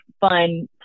fun